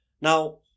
Now